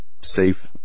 safe